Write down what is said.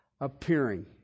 appearing